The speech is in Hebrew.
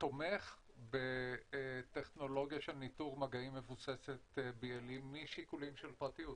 -- שתומך בטכנולוגיה של ניטור מגעים מבוססת BLE משיקולים של פרטיות.